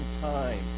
time